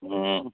ꯎꯝ